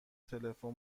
تلفن